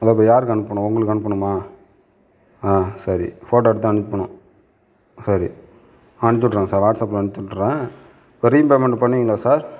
அதை இப்போ யாருக்கு அனுப்பனும் உங்களுக்கு அனுப்பனுமா சரி போட்டோ எடுத்து அனுப்பனும் சரி அனுப்பிச்சூட்டுட்றேன் வாட்ஸ்அப்பில் அனுப்பிச்சூட்டுட்றேன் இப்போ ரீபேமெண்ட் பண்ணுவீங்களா சார்